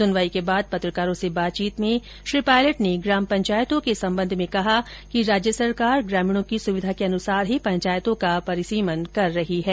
सुनवाई के बाद पत्रकारों से बातचीत में श्री पायलट ने ग्राम पंचायतों के संबंध में कहा कि राज्य सरकार ग्रामीणों की सुविधा के अनुसार ही पंचायतों का परिसीमन कर रही है